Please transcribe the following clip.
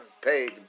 paid